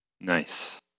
Nice